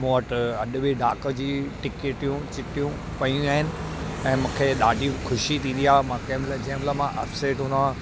मूं वटि अॼु बि डाक जी टिकटियूं चिठियूं पेयूं आहिनि ऐं मूंखे ॾाढी ख़ुशी थींदी आहे मां कंहिं महिल जंहिं महिल मां अपसेट हूंदो आहे